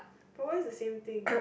but why is the same thing